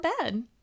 bed